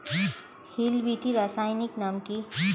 Hill বিটি রাসায়নিক নাম কি?